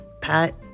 Pat